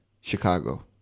chicago